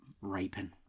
raping